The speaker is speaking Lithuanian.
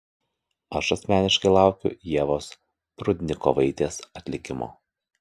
aš asmeniškai laukiu ievos prudnikovaitės atlikimo